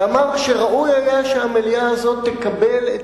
שאמר שראוי היה שהמליאה הזאת תקבל את